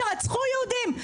שרצחו יהודים,